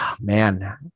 man